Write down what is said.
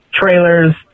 trailers